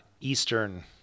Eastern